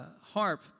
harp